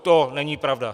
To není pravda.